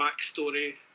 backstory